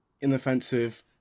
inoffensive